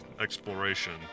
exploration